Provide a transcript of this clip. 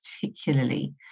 particularly